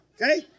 Okay